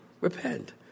repent